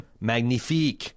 Magnifique